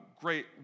Great